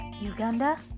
uganda